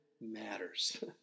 matters